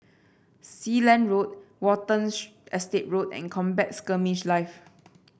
Sealand Road Watten Estate Road and Combat Skirmish Live